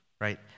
right